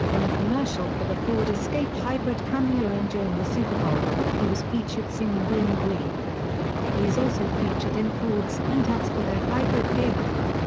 in a commercial for the ford escape hybrid premiering during the super bowl, he was featured singing bein' green he is also featured in ford's print ads for their hybrid vehicle.